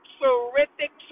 terrific